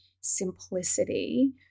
simplicity